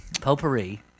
Potpourri